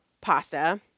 pasta